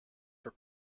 for